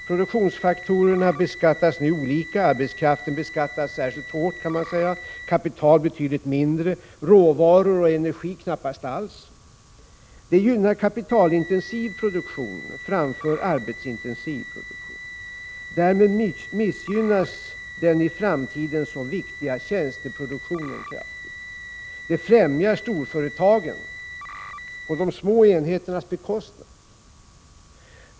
Produktionsfaktorerna beskattas nu olika — arbetskraften beskattas särskilt hårt, kapital betydligt mindre, råvaror och energi knappast alls. Det gynnar kapitalintensiv produktion framför arbetsintensiv produktion. Därmed missgynnas den i framtiden så viktiga tjänsteproduktionen kraftigt. Det främjar storföretagen på de små enheternas bekostnad.